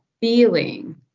feeling